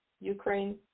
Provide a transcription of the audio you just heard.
Ukraine